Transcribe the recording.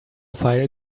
file